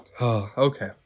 Okay